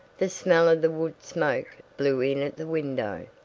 the smell of the wood smoke blew in at the window.